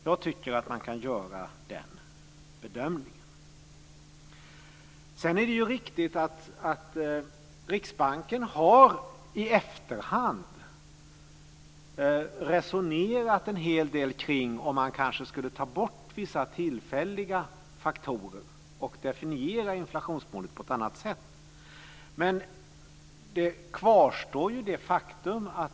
Jag tycker att man kan göra den bedömningen. Sedan är det riktigt att Riksbanken i efterhand har resonerat en hel del kring om man kanske skulle ta bort vissa tillfälliga faktorer och definiera inflationsmålet på ett annat sätt, men faktum kvarstår.